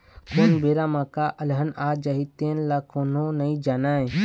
कोन बेरा म का अलहन आ जाही तेन ल कोनो नइ जानय